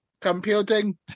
computing